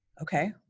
okay